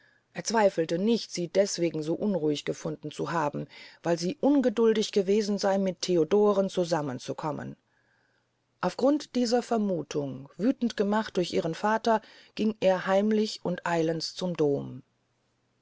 er zweifelte nicht sie deswegen so unruhig gefunden zu haben weil sie ungeduldig gewesen sey mit theodoren zusammen zu kommen aufgebracht durch diese vermuthung wüthend gemacht durch ihren vater ging er heimlich und eilends zum dom